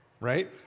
Right